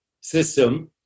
system